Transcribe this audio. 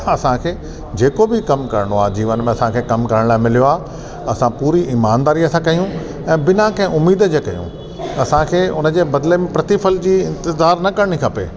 असांखे जेको बि कमु करिणो आहे जीवन में असां कंहिं कमु करण लाइ मिलियो आहे असां पूरी ईमानदारीअ सां कयूं ऐं बिना कंहिं उमेद जे कयूं असांखे उन जे बदिले प्रतिफल जी इंतिज़ार न करणी खपे